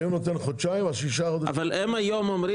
היום אומרים